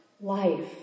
life